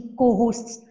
co-hosts